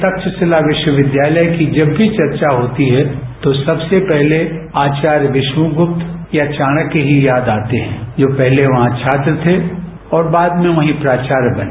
तब्राशिला विश्वविद्यालय की जब भी चर्चा होती है तो सबसे पहले आचार्यगुप्त या चाणक्य ही याद आते हैं जो पहले वहां छात्र थे और बाद में वहीं प्राचार्य बने